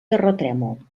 terratrèmol